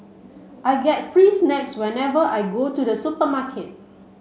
I get free snacks whenever I go to the supermarket